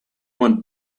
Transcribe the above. want